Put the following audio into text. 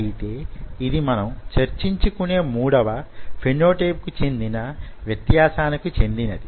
అయితే యిది మనం చర్చించుకునే మూడవ ఫెనో టైప్ కు సంబంధించిన వ్యత్యాసానికి చెందినది